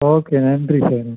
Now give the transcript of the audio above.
okay நன்றி sir